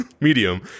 medium